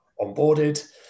onboarded